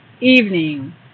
evening